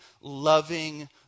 loving